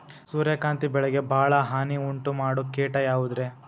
ಸೂರ್ಯಕಾಂತಿ ಬೆಳೆಗೆ ಭಾಳ ಹಾನಿ ಉಂಟು ಮಾಡೋ ಕೇಟ ಯಾವುದ್ರೇ?